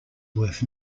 worth